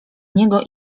niego